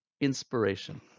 inspiration